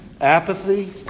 apathy